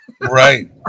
Right